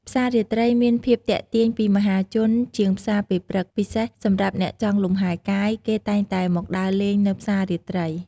ផ្សាររាត្រីមានភាពទាក់ទាញពីមហាជនជាងផ្សារពេលព្រឹក ពិសេសសម្រាប់អ្នកចង់លំហែរកាយ គេតែងតែមកដើរលេងនៅផ្សាររាត្រី។